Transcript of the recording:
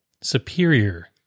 Superior